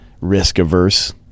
risk-averse